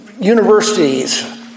universities